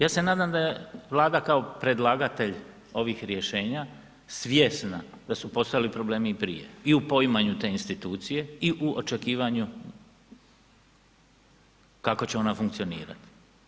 Ja se nadam da je Vlada kao predlagatelj ovih rješenja svjesna da su postojali problemi i prije i u poimanju te institucije i u očekivanju kako će ona funkcionirat.